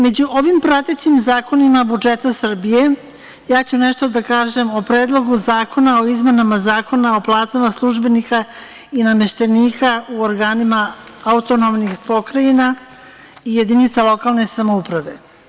Među ovim pratećim zakonima budžeta Srbije, ja ću nešto da kažem o Predlogu zakona o izmenama Zakona o platama službenika i nameštenika u organima autonomnih pokrajina jedinica lokalne samouprave.